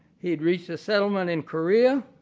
he had reached a settlement in korea.